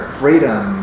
freedom